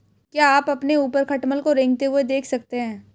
क्या आप अपने ऊपर खटमल को रेंगते हुए देख सकते हैं?